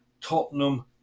Tottenham